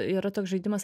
yra toks žaidimas